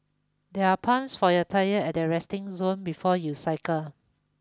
there are pumps for your tyres at the resting zone before you cycle